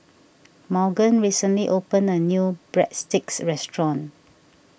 Morgan recently opened a new Breadsticks restaurant